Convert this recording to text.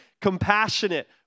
Compassionate